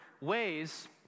ways